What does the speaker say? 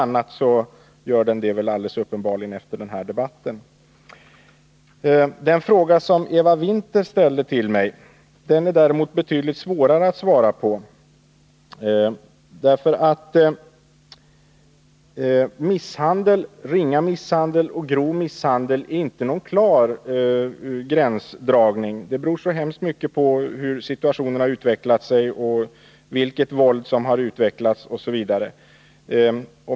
Under alla förhållanden gör den väl uppenbarligen det efter den här debatten. Den fråga som Eva Winther ställde till mig är däremot betydligt svårare att svara på. Det finns inte någon klar gränsdragning mellan misshandel, ringa misshandel och grov misshandel. Mycket beror på hur situationen har utvecklats, vilket våld som har använts osv.